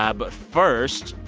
ah but first,